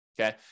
okay